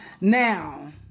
Now